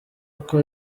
uko